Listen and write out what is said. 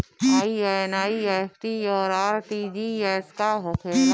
ई एन.ई.एफ.टी और आर.टी.जी.एस का होखे ला?